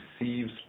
receives